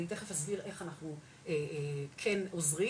אני תיכף אסביר איך אנחנו כן עוזרים,